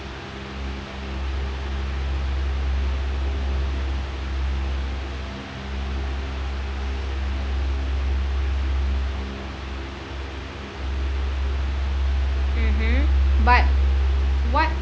mmhmm but what